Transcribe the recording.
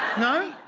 know.